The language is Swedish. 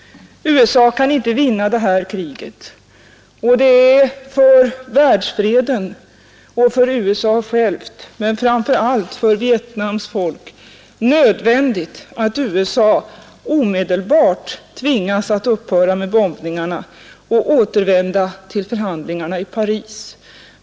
USA kan inte vinna detta krig. Det är för världsfreden och för USA självt men framför allt för Vietnams folk nödvändigt att USA omedelbart tvingas att upphöra med bombningarna och återvända till förhandlingarna i Paris.